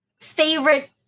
favorite